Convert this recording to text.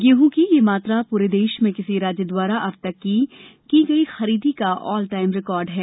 गेहूँ की यह मात्रा पूरे देश में किसी राज्य द्वारा अब तक की गई खरीदी का ऑलटाइम रिकार्ड है